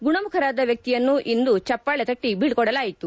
ಗುಣಮುಖರಾದ ವ್ವಕ್ತಿಯನ್ನು ಇಂದು ಚಪ್ಪಾಳೆ ತಟ್ಟೆ ಬೀಳ್ಕೊಡಲಾಯಿತು